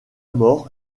mort